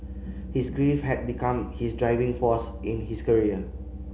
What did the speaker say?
his grief had become his driving force in his career